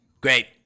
Great